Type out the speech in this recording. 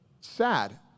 sad